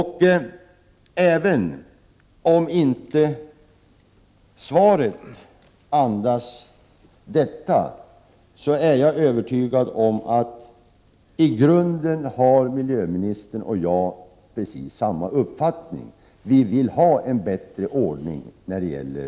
Herr talman! Jag vet att miljöministern kämpar för en bättre miljö.